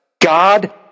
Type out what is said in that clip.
God